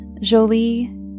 Jolie